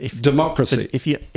democracy